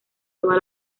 toda